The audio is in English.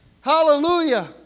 Hallelujah